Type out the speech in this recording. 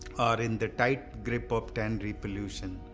are in the tight grip of tannery pollution.